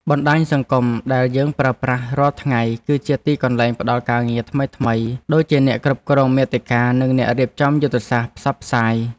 បណ្តាញសង្គមដែលយើងប្រើប្រាស់រាល់ថ្ងៃ គឺជាទីកន្លែងផ្តល់ការងារថ្មីៗដូចជាអ្នកគ្រប់គ្រងមាតិកានិងអ្នករៀបចំយុទ្ធសាស្ត្រផ្សព្វផ្សាយ។